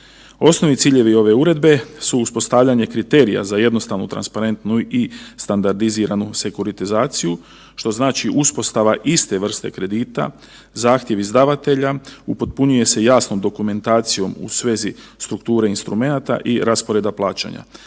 Osnovni ciljevi ove uredbe su uspostavljanje kriterija za jednostavnu, transparentnu i standardiziranu sekuritizaciju, što znači uspostava iste vrste kredita, zahtjev izdavatelja, upotpunjuje se jasno dokumentacijom u svezi strukture instrumenata i rasporeda plaćanja,